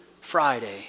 Friday